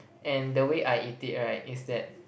and the way I eat it right is that